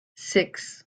six